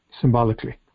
symbolically